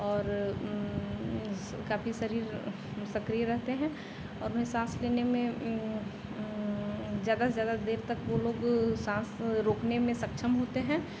और काफ़ी शरीर सक्रिय रहते हैं और उन्हे साँस लेने में ज़्यादा से ज़्यादा देर तक वह लोग साँस रोकने में सक्षम होते हैं